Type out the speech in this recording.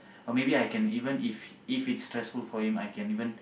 or maybe I can even if its stressful for him I can even